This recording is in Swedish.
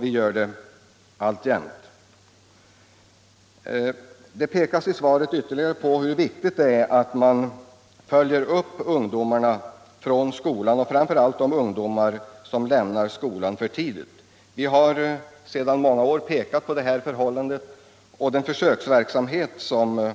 I svaret framhålls hur viktigt det är att man följer upp ungdomarna från skolan, framför allt då de ungdomar som lämnar skolan för tidigt. Vi har sedan många år tillbaka pekat på det här förhållandet. Den försöksverksamhet som